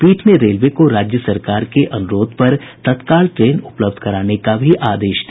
पीठ ने रेलवे को राज्य सरकार के अनुरोध पर तत्काल ट्रेन उपलब्ध कराने का भी आदेश दिया